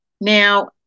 Now